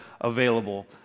available